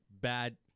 bad